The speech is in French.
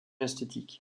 esthétique